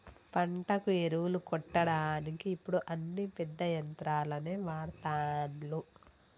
పంటకు ఎరువులు కొట్టడానికి ఇప్పుడు అన్ని పెద్ద యంత్రాలనే వాడ్తాన్లు